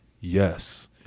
yes